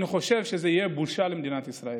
אני חושב שזה יהיה בושה למדינת ישראל,